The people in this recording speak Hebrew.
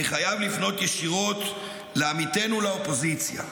אני חייב לפנות ישירות לעמיתינו לאופוזיציה.